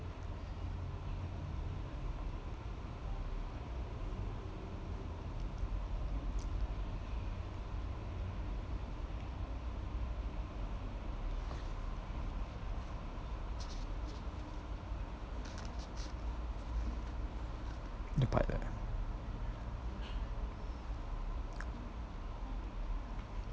the part ah